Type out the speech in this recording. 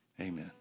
Amen